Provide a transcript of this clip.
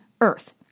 earth